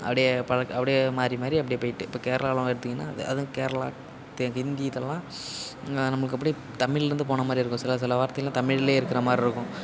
அப்டி பல அப்டி மாறி மாறி அப்டி போயிட்டு இப்போ கேரளாலாம் எடுத்தீங்கன்னா அது அதுவும் கேரளா ஹிந்தி இதெல்லாம் நம்மளுக்கு அப்டி தமிழ்லேருந்து போனது மாதிரி இருக்கும் சில சில வார்த்தைலாம் தமிழிலே இருக்கிற மாதிரி இருக்கும்